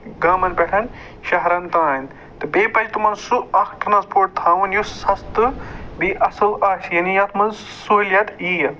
گامَن پٮ۪ٹھ شہرَن تانۍ تہٕ بیٚیہِ پَزِ تِمَن سُہ اکھ ٹرٛانَسپوٹ تھاوُن یُس سَستہٕ بیٚیہِ اَصٕل آسہِ یعنے یَتھ منٛز سہوٗلِیت یِیہِ